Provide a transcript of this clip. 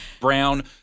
brown